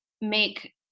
make